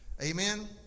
Amen